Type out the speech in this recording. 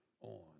on